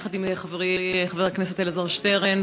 יחד עם חברי חבר הכנסת אלעזר שטרן,